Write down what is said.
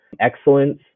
excellence